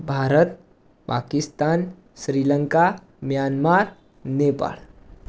Bharat Pakistan Sri Lanka Myanmar Nepal